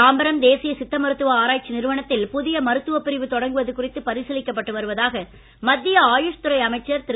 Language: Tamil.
தாம்பரம் தேசிய சித்த மருத்துவ ஆராய்ச்சி நிறுவனத்தில் புதிய மருத்துவப் பிரிவு தொடங்குவது குறித்து பரிசீலிக்கப்பட்டு வருவதாக மத்திய ஆயுஷ்துறை அமைச்சர் திரு